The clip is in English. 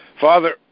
Father